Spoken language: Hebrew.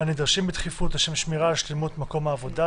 הנדרשים בדחיפות לשם שמירה על שלמות מקום העבודה,